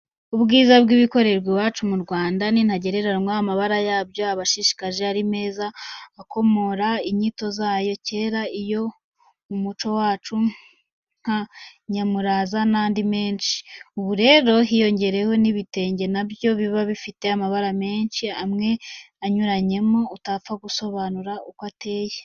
Ubwiza bw'ibikorerwa iwacu mu Rwanda ni ntagereranywa, amabara yabyo aba ashishikaje, ari meza, akomora inyito zayo kera iyo mu muco wacu, nka nyamuraza n'andi menshi. Ubu rero hiyongereyeho n'ibitenge na byo biba bifite amabara menshi amwe anyuranamo, utapfa gusobanura uko ateye.